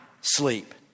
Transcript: sleep